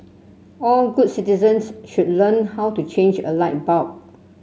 all good citizens should learn how to change a light bulb